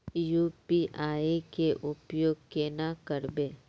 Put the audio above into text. UPI के उपयोग केना करबे?